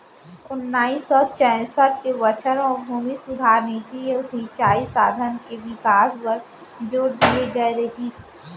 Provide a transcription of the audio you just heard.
ओन्नाइस सौ चैंसठ के बछर म भूमि सुधार नीति अउ सिंचई साधन के बिकास बर जोर दिए गए रहिस